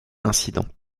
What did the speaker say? incident